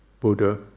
Buddha